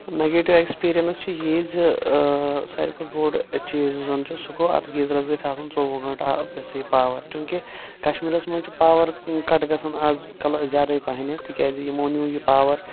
negative experience چھِ یی زٕ ساروی کھۄتہٕ بوٚڈ چیٖز یُس زَن چھُ سُہ گوٚو اَتھ گیٖزرَس گَژھِ آسُن ژوٚوُہ گٲنٛٹہٕ آب یہِ ہسا یہِ پاوَر چوٗنٛکہ کشمیٖرَس منٛز چھُ پاوَر کَٹ گَژھان آزکل زیادَے پہنَتھ تِکیازِ یِمو نیوٗ یہِ پاوَر